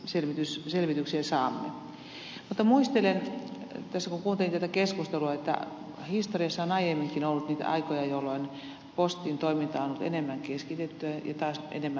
mutta muistelen tässä kun kuuntelin tätä keskustelua että historiassa on aiemminkin ollut niitä aikoja jolloin postin toiminta on ollut enemmän keskitettyä ja taas enemmän hajautettua